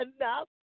enough